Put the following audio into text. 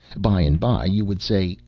by and by you would say,